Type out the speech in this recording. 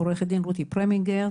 עו"ד רותי פרמינגר.